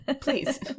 Please